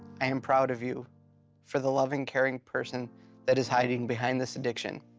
am proud of you for the loving, caring person that is hiding behind this addiction.